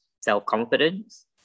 self-confidence